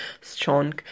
strong